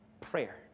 Prayer